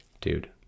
dude